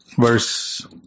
verse